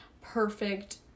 perfect